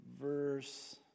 verse